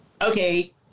okay